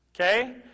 Okay